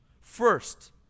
First